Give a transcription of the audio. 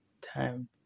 time